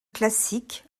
classique